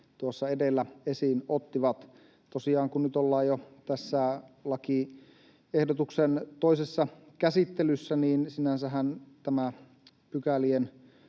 tuossa edellä esiin ottivat. Tosiaan kun nyt ollaan jo tässä lakiehdotuksen toisessa käsittelyssä, niin sinänsähän tämä pykälien